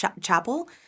Chapel